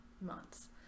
months